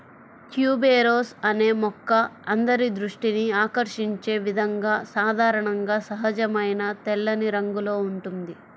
tuberose అనే మొక్క అందరి దృష్టిని ఆకర్షించే విధంగా సాధారణంగా సహజమైన తెల్లని రంగులో ఉంటుంది